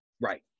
Right